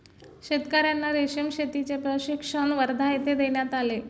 शेतकर्यांना रेशीम शेतीचे प्रशिक्षण वर्धा येथे देण्यात आले